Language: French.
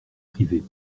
privés